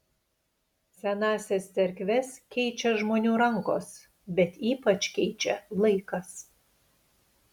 senąsias cerkves keičia žmonių rankos bet ypač keičia laikas